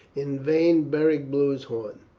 in vain beric blew his horn.